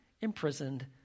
imprisoned